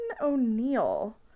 O'Neill